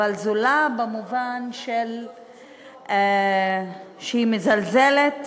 אבל זולה במובן שהיא מזלזלת